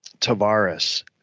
Tavares